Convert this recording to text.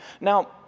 Now